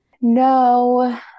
No